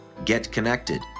getconnected